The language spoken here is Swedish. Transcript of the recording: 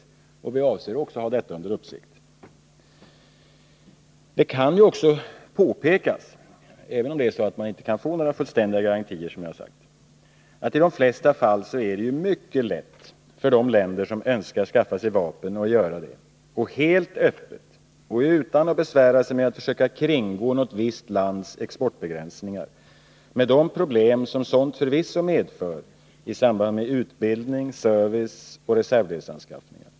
Vi avser också att ha detta under uppsikt. Det kan också påpekas — även om det är så att man inte kan få några fullständiga garantier, som jag har sagt — att i de flesta fall är det mycket lätt för de länder som önskar skaffa sig vapen att göra det, helt öppet, utan att besvära sig med att försöka kringgå något visst lands exportbegränsningar, med de problem som sådant förvisso medför i samband med utbildning, service och reservdelsanskaffning.